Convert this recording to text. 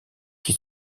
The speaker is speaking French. qui